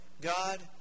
God